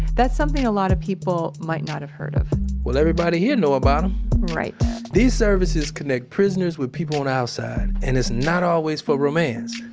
that's something a lot of people might not have heard of well everybody here know about them right these services connect prisoners with people on the outside, and it's not always for romance,